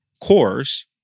cores